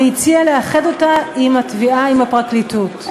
והציע לאחד אותה עם התביעה, עם הפרקליטות.